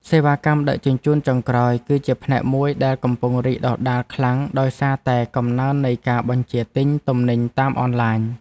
សេវាកម្មដឹកជញ្ជូនចុងក្រោយ គឺជាផ្នែកមួយដែលកំពុងរីកដុះដាលខ្លាំងដោយសារតែកំណើននៃការបញ្ជាទិញទំនិញតាមអនឡាញ។